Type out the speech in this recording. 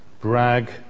Brag